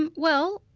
and well,